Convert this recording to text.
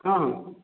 ହଁ